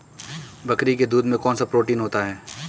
बकरी के दूध में कौनसा प्रोटीन होता है?